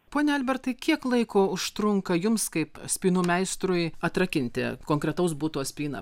pone albertai kiek laiko užtrunka jums kaip spynų meistrui atrakinti konkretaus buto spyną